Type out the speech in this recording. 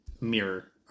mirror